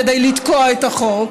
כדי לתקוע את החוק,